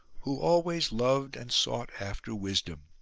who always loved and sought after wisdom.